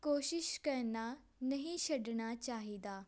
ਕੋਸ਼ਿਸ਼ ਕਰਨਾ ਨਹੀਂ ਛੱਡਣਾ ਚਾਹੀਦਾ